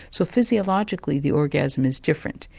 so physiologically the orgasm is different.